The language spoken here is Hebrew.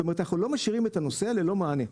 זאת אומרת, אנחנו לא משאירים את הנוסע ללא מענה.